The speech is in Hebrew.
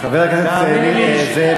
חבר הכנסת זאב,